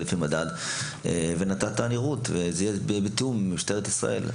וזה יהיה בתיאום עם משטרת ישראל.